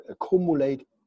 accumulate